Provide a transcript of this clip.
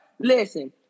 Listen